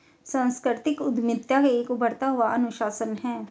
सांस्कृतिक उद्यमिता एक उभरता हुआ अनुशासन है